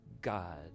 god